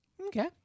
Okay